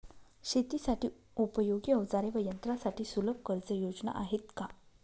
शेतीसाठी उपयोगी औजारे व यंत्रासाठी सुलभ कर्जयोजना आहेत का?